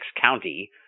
County